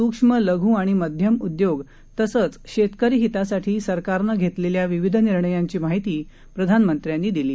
सूक्ष्म लघ्र आणि मध्यम उद्योग तसंच शेतकरी हितासाठी सरकारनं घेतलेल्या विविध निर्णयांची माहिती प्रधानमंत्र्यांनी दिली